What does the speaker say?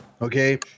Okay